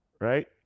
right